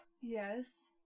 Yes